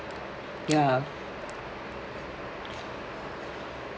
ya